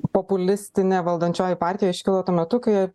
populistinė valdančioji partija iškilo tuo metu kai